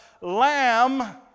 Lamb